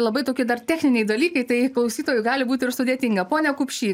labai tokie dar techniniai dalykai tai klausytojui gali būti ir sudėtinga pone kupšy